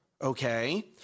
Okay